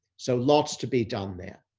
so, lots to be done there.